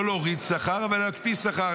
לא להוריד שכר, אבל להקפיא שכר.